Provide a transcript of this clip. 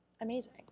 amazing